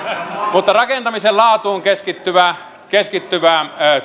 eli rakentamisen laatuun keskittyvä keskittyvä työ